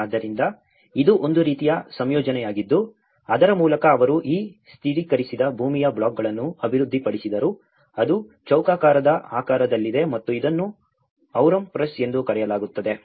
ಆದ್ದರಿಂದ ಇದು ಒಂದು ರೀತಿಯ ಸಂಯೋಜನೆಯಾಗಿದ್ದು ಅದರ ಮೂಲಕ ಅವರು ಈ ಸ್ಥಿರೀಕರಿಸಿದ ಭೂಮಿಯ ಬ್ಲಾಕ್ಗಳನ್ನು ಅಭಿವೃದ್ಧಿಪಡಿಸಿದರು ಅದು ಚೌಕಾಕಾರದ ಆಕಾರದಲ್ಲಿದೆ ಮತ್ತು ಇದನ್ನು ಔರಮ್ ಪ್ರೆಸ್ ಎಂದು ಕರೆಯಲಾಗುತ್ತದೆ